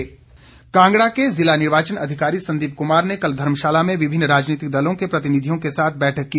बैठक कांगड़ा के ज़िला निर्वाचन अधिकारी संदीप कुमार ने कल धर्मशाला में विभिन्न राजनीतिक दलों के प्रतिनिधियों के साथ बैठक की